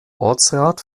ortsrat